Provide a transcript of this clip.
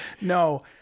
No